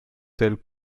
tels